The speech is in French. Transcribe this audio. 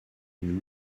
une